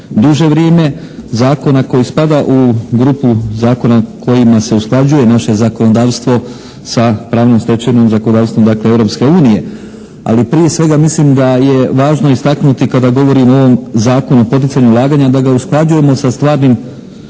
duže vrijeme, zakona koji spada u grupu zakona kojima se usklađuje naše zakonodavstvo sa pravnom stečevinom, dakle zakonodavstvom Europske unije. Ali prije svega mislim da je važno istaknuti kada govorimo o ovom Zakonu o poticanju ulaganja, da ga usklađujemo sa stvarnim